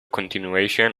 continuation